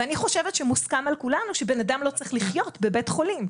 ואני חושבת שמוסכם על כולנו שבן אדם לא צריך לחיות בבית החולים,